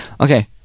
Okay